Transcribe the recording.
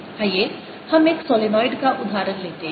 आइए हम एक सॉलोनॉइड का उदाहरण लेते हैं